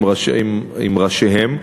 וראשיהם.